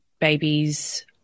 babies